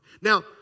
Now